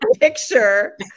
picture